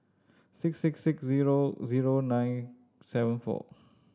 six six six zero zero nine seven four